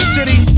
City